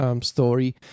story